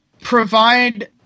provide